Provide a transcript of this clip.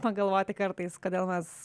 pagalvoti kartais kodėl mes